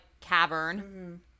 cavern